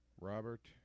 Robert